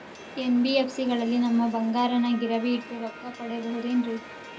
NBFC ಗಳಲ್ಲಿ ನಮ್ಮ ಬಂಗಾರನ ಗಿರಿವಿ ಇಟ್ಟು ರೊಕ್ಕ ಪಡೆಯಬಹುದೇನ್ರಿ?